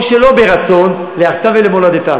או שלא מרצון, לארצם ולמולדתם.